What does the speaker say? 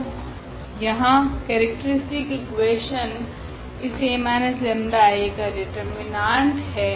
तो यहा characteristic equation इस 𝐴−𝜆𝐼 का डिटर्मिनांट हैं